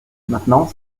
maintenant